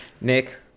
nick